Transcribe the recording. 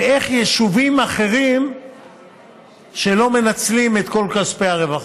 ואיך יישובים אחרים לא מנצלים את כל כספי הרווחה.